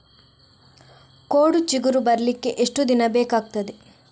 ಕೋಡು ಚಿಗುರು ಬರ್ಲಿಕ್ಕೆ ಎಷ್ಟು ದಿನ ಬೇಕಗ್ತಾದೆ?